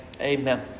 Amen